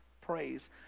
praise